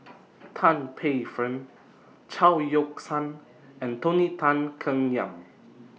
Tan Paey Fern Chao Yoke San and Tony Tan Keng Yam